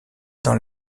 dans